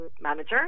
manager